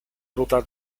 rutas